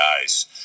guys